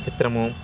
చిత్రము